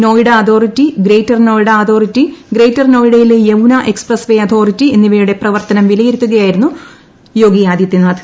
Noida authority Greater Noida authority Greater നോയിഡയില്ലെ Yamuna expressway authority എന്നിവയുടെ പ്രവർത്തനം വിലയിരുത്തുകയായിരുന്നു യോഗി ആദിത്യനാഥ്